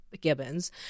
Gibbons